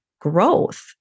growth